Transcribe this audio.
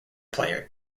player